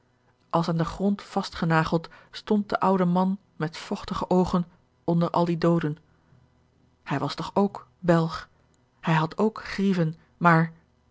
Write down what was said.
als aan den grond vastgenageld stond de oude man met vochtige oogen onder al die dooden hij was toch ook belg hij had ook grieven maar